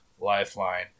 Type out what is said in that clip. lifeline